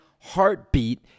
heartbeat